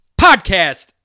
podcast